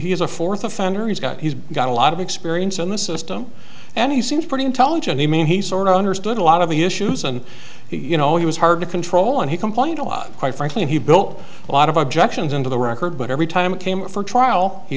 offender he's got he's got a lot of experience in the system and he seems pretty intelligent i mean he sort of understood a lot of the issues and he you know he was hard to control and he complained a lot quite frankly he built a lot of objections into the record but every time it came for a trial he